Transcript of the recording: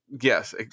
Yes